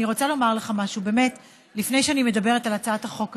אני רוצה לומר לך משהו לפני שאני מדברת על הצעת החוק הזאת.